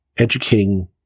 Educating